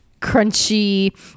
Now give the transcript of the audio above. crunchy